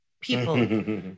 people